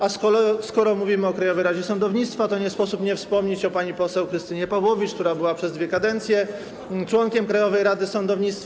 A skoro mówimy o Krajowej Radzie Sądownictwa, to nie sposób nie wspomnieć o pani poseł Krystynie Pawłowicz, która była przez dwie kadencje członkiem Krajowej Rady Sądownictwa.